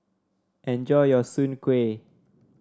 enjoy your Soon Kway